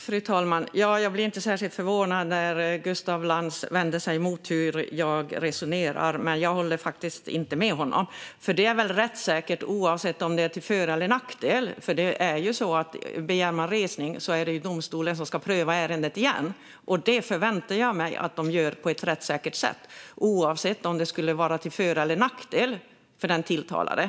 Fru talman! Jag blev inte särskilt förvånad när Gustaf Lantz vände sig emot hur jag resonerar, men jag håller faktiskt inte med honom. Det är väl rättssäkert, oavsett om det är till för eller nackdel för den tilltalade, för om man begär resning ska ju domstolen pröva ärendet igen. Och det förväntar jag mig att de gör på ett rättssäkert sätt, oavsett om det skulle vara till för eller nackdel för den tilltalade.